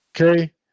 Okay